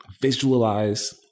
visualize